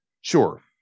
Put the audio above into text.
sure